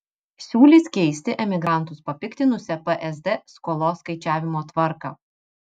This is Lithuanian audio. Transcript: siūlys keisti emigrantus papiktinusią psd skolos skaičiavimo tvarką